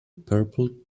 purple